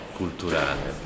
culturale